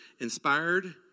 inspired